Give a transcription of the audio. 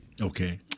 Okay